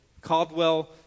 Caldwell